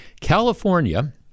California